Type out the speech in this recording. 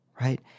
right